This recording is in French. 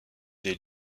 des